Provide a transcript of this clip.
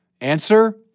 Answer